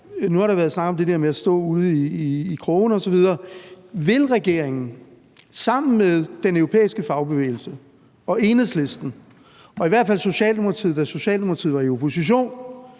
nu hvor der har været snakket om det der med at stå ude i krogene osv.: Vil regeringen sammen med den europæiske fagbevægelse og Enhedslisten og i hvert fald Socialdemokratiet, da Socialdemokratiet var i opposition,